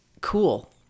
Cool